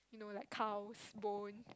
you know like cows bone